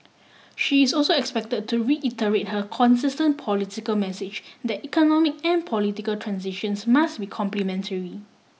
she is also expect to reiterate her consistent political message that economic and political transitions must be complementary